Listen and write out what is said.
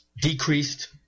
decreased